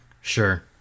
sure